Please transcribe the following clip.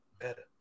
better